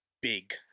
big